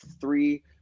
three